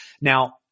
Now